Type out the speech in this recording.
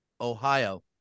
Ohio